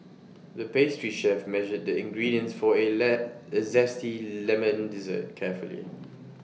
the pastry chef measured the ingredients for A A Zesty Lemon Dessert carefully